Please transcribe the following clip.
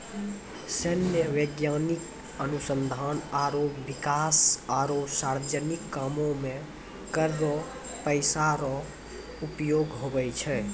सैन्य, वैज्ञानिक अनुसंधान आरो बिकास आरो सार्वजनिक कामो मे कर रो पैसा रो उपयोग हुवै छै